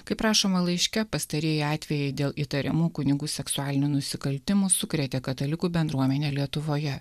kaip rašoma laiške pastarieji atvejai dėl įtariamų kunigų seksualinių nusikaltimų sukrėtė katalikų bendruomenę lietuvoje